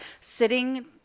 sitting